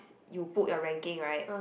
you put your ranking right